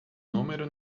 número